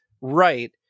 right